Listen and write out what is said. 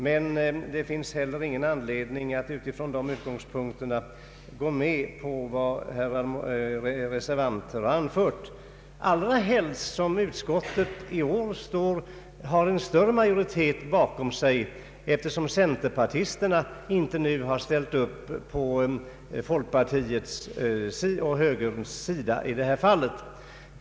Men vi har ingen anledning att från dessa utgångspunkter gå med på vad reservanterna föreslagit, allra helst som utskottet i år har en större majoritet bakom sig, eftersom centerpartiets representanter i detta fall inte ställt upp på folkpartiets och moderata samlingspartiets sida.